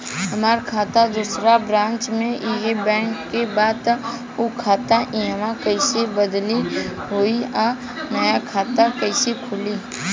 हमार खाता दोसर ब्रांच में इहे बैंक के बा त उ खाता इहवा कइसे बदली होई आ नया खाता कइसे खुली?